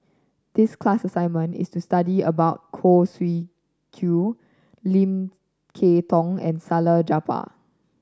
this class assignment was to study about Khoo Swee Chiow Lim Kay Tong and Salleh Japar